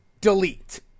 delete